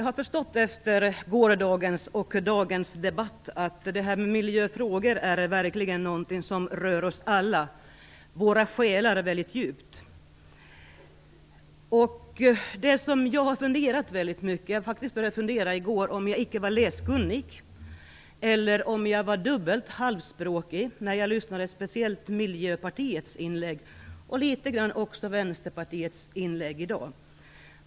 Herr talman! Efter gårdagens och dagens debatt har jag förstått att miljöfrågor verkligen är någonting som berör oss alla väldigt djupt. I går började jag faktiskt fundera över om jag inte var läskunnig eller om jag var dubbelt halvspråkig, speciellt när jag lyssnade på Miljöpartiets inlägg. Detsamma gäller i någon mån också Vänsterpartiets inlägg i dag.